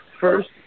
first